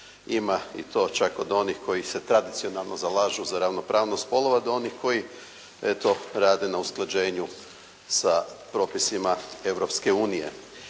ima i to čak od onih koji se tradicionalno zalažu za ravnopravnost spolova, do onih koji eto rade na usklađenju sa propisima